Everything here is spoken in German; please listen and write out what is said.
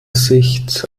sicht